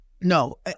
No